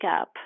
up